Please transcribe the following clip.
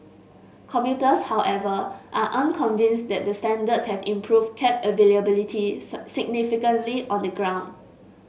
commuters however are unconvinced that the standards have improved cab availability significantly on the ground